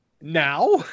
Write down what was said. Now